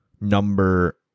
number